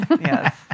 Yes